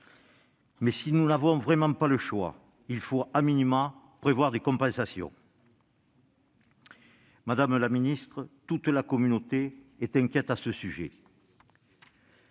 Mais si nous n'avons vraiment pas le choix, il faut,, prévoir des compensations. Madame la ministre, toute la communauté est inquiète à ce sujet